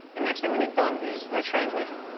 the next thing we need done is the transmission.